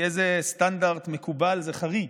לפי איזה סטנדרט מקובל זה חריג?